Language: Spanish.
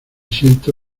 siento